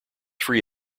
free